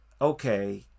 okay